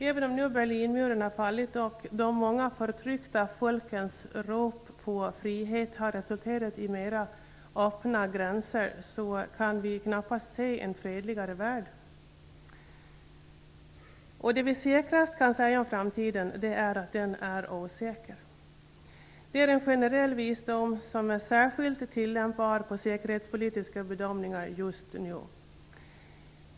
Även om Berlinmuren har fallit och de många förtryckta folkens rop på frihet har resulterat i öppnare gränser, kan vi knappast se en fredligare värld. Det vi säkrast kan säga om framtiden är att den är osäker. Det är en generell visdom som är särskilt tillämpbar på säkerhetspolitiska bedömningar just nu.